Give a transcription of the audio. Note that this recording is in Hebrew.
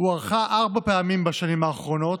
הוארכה ארבע פעמים בשנים האחרונות,